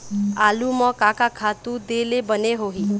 आलू म का का खातू दे ले बने होही?